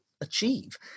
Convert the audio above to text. achieve